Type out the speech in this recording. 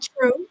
true